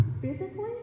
physically